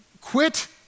quit